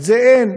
זה, אין.